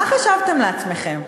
מה חשבתם לעצמכם?